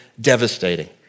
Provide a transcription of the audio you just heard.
devastating